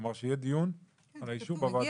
כלומר שיהיה דיון על האישור בוועדה.